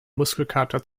muskelkater